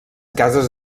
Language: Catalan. cases